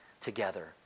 together